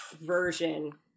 version